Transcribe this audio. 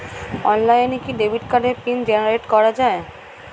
অনলাইনে কি ডেবিট কার্ডের পিন জেনারেট করা যায়?